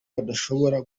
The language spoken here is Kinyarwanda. badashobora